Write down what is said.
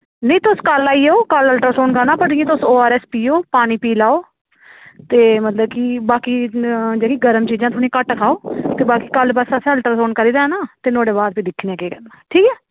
नेईं तुस कल्ल आई जाओ कल्ल अल्ट्रासाउंड कराना पर इ'यां तुस ओ आर एस पिओ पानी लो ते मतलब कि बाकी जेह्ड़ी गर्म चीजां थोह्ड़ी घट्ट खाओ ते बाकी कल बस असें अल्ट्रासाउंड करी देना ते नोह्ड़े बाद दिक्खनेआ केह् करना ठीक ऐ